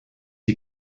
you